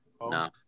No